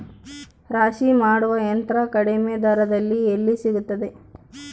ರಾಶಿ ಮಾಡುವ ಯಂತ್ರ ಕಡಿಮೆ ದರದಲ್ಲಿ ಎಲ್ಲಿ ಸಿಗುತ್ತದೆ?